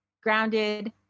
grounded